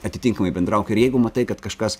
atitinkamai bendrauk ir jeigu matai kad kažkas